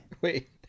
Wait